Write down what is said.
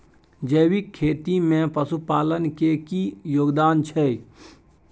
जैविक खेती में पशुपालन के की योगदान छै?